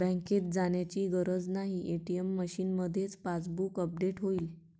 बँकेत जाण्याची गरज नाही, ए.टी.एम मशीनमध्येच पासबुक अपडेट होईल